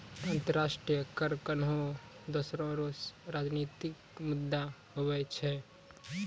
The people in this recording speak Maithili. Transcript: अंतर्राष्ट्रीय कर कोनोह देसो रो राजनितिक मुद्दा हुवै छै